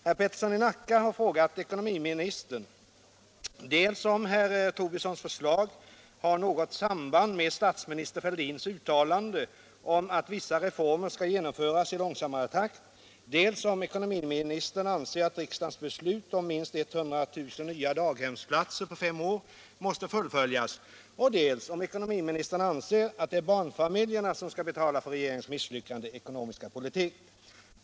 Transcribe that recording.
Herr Peterson i Nacka har frågat ekonomiministern dels om herr Tobissons förslag har något samband med statsminister Fälldins uttalande om att vissa reformer skall genomföras i långsammare takt, dels om ekonomiministern anser att riksdagens beslut om minst 100 000 nya daghemsplatser på fem år måste fullföljas och dels om ekonomiministern anser att det är barnfamiljerna som skall betala för regeringens misslyckade ekonomiska politik.